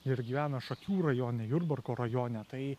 ir gyvena šakių rajone jurbarko rajone tai